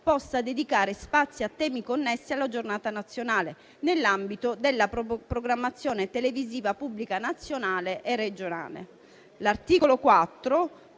può dedicare spazi a temi connessi alla Giornata nazionale nell'ambito della programmazione televisiva pubblica nazionale e regionale.